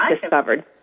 discovered